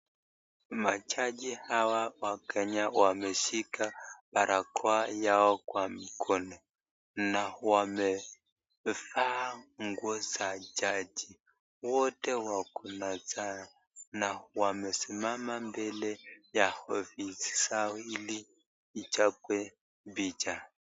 Majaji hawa wa Kenya wameshika barakoa yao kwa mikono na wamevaa nguo za jaji. Wote wako na chaina wamesimama mbele ya ofisi yao ili ichapwe picha.